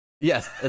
Yes